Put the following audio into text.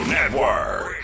Network